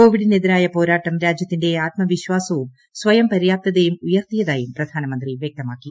കോവിഡിനെതിരായ പോരാട്ടം രാജൃത്തിന്റെ ആത്മവിശ്വാസവും സ്വയംപര്യാപ്തതയും ഉയർത്തിയതായും പ്രധാനമന്ത്രി വൃക്തമാക്കി